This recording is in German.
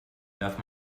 darf